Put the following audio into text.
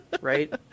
right